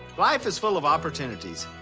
life is full of opportunities,